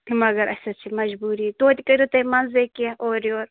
مَگر اَسہِ حظ چھِ مَجبوٗری تویتہِ کٔرِو تُہۍ منٛزَے کینٛہہ اورٕ یور